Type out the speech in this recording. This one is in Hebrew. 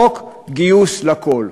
חוק גיוס לכול.